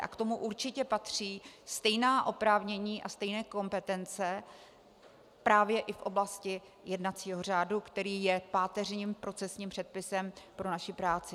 A k tomu určitě patří stejná oprávnění a stejné kompetence právě i v oblasti jednacího řádu, který je páteřním procesním předpisem pro naši práci.